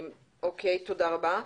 תודה רבה.